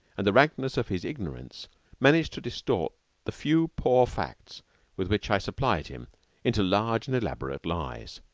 and the rankness of his ignorance managed to distort the few poor facts with which i supplied him into large and elaborate lies.